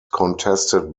contested